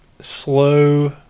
slow